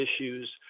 issues